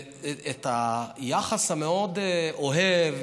את היחס המאוד-אוהב,